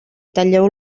talleu